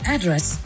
Address